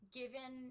given